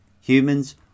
Humans